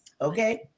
okay